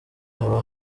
haba